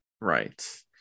Right